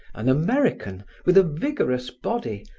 an american, with a vigorous body,